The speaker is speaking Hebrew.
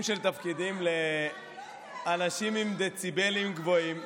של תפקידים לאנשים עם דציבלים גבוהים.